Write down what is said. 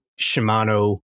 Shimano